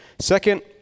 Second